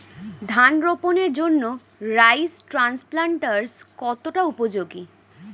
ধান রোপণের জন্য রাইস ট্রান্সপ্লান্টারস্ কতটা উপযোগী?